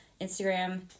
Instagram